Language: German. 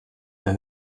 der